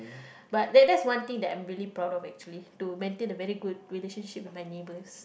but that that's one thing that I'm really proud of actually to maintain a very good relationship with my neighbours